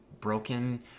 broken